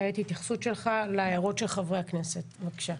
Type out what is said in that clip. כעת התייחסות שלך להערות של חברי הכנסת, בבקשה.